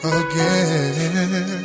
again